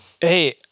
Hey